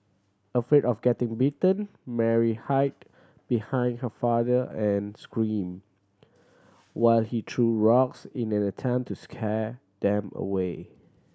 afraid of getting bitten Mary hid behind her father and screamed while he threw rocks in an attempt to scare them away